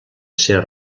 ser